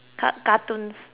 car~ cartoons